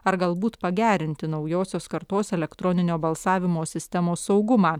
ar galbūt pagerinti naujosios kartos elektroninio balsavimo sistemos saugumą